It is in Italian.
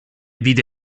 vide